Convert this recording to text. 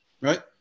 Right